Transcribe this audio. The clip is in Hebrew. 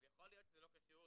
אז יכול להיות שזה לא קשור,